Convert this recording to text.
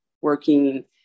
working